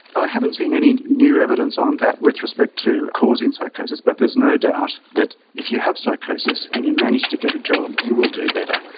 i haven't seen any new evidence on that, with respect to causing psychosis. but there's no doubt that if you have psychosis and you manage to get a job, you will do better.